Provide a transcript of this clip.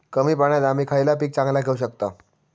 कमी पाण्यात आम्ही खयला पीक चांगला घेव शकताव?